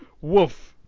Woof